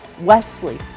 Wesley